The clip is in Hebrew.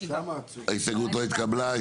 0 ההסתייגות לא התקבלה.